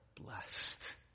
blessed